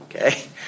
okay